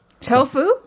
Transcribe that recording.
Tofu